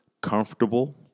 Comfortable